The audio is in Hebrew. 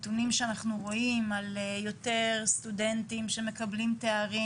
הנתונים שאנחנו רואים על יותר סטודנטים שמקבלים תארים,